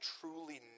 truly